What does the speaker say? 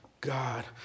God